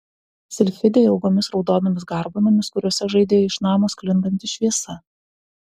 silfidę ilgomis raudonomis garbanomis kuriuose žaidė iš namo sklindanti šviesa